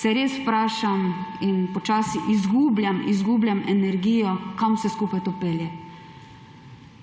se res vprašam in počasi izgubljam energijo, kam vse skupaj to pelje.